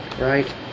right